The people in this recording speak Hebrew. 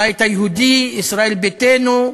הבית היהודי, ישראל ביתנו,